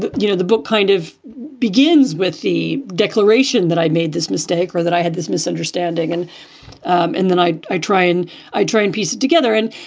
you know, the book kind of begins with the declaration that i made this mistake or that i had this misunderstanding. and and then i i try and i try and piece it together. and